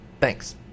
Thanks